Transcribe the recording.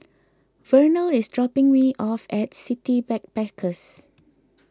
Vernal is dropping me off at City Backpackers